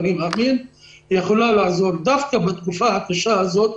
ואני מאמין שהיא יכולה לעזור דווקא בתקופה הקשה הזאת,